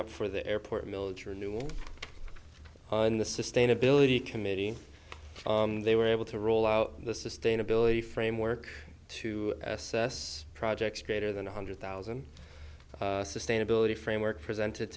up for the airport milcher a new one on the sustainability committee and they were able to rule out the sustainability framework to assess projects greater than one hundred thousand sustainability framework presented